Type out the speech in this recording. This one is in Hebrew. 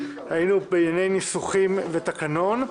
היינו בענייני ניסוחים ותקנון,